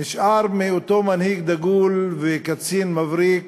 נשאר מאותו מנהיג דגול וקצין מבריק